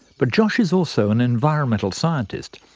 but josh is also an environmental scientist,